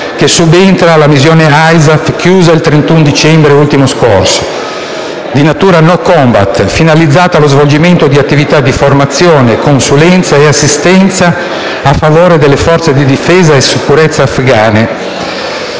che subentra alla missione ISAF chiusa al 31 dicembre ultimo scorso, di natura *no combat*, finalizzata allo svolgimento di attività di formazione, consulenza e assistenza a favore delle forze di difesa e sicurezza afgane,